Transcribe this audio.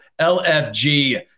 LFG